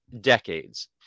decades